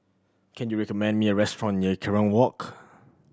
can you recommend me a restaurant near Kerong Walk